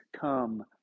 come